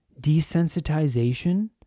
Desensitization